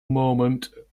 moment